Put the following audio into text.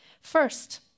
First